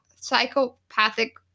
psychopathic